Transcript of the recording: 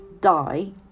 die